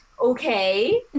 okay